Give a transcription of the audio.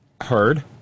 heard